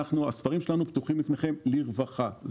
הספרים שלנו פתוחים לרווחה,